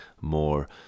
more